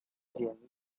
wiem